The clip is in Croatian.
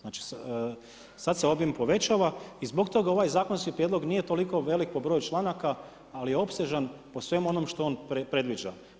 Znači sada se obim povećava i zbog toga ovaj zakonski prijedlog nije toliko velik po broju članka, ali je opsežan po svemu onome što on predviđa.